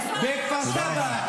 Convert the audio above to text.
בכפר סבא,